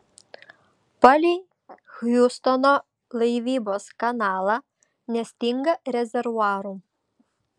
palei hjustono laivybos kanalą nestinga rezervuarų